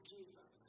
Jesus